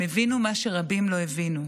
הם הבינו מה שרבים לא הבינו,